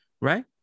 right